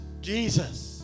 Jesus